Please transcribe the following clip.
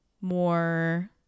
more